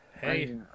Hey